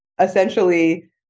essentially